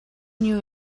knew